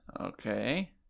Okay